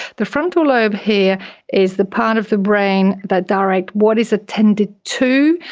the frontal lobe here is the part of the brain that directs what is attended to,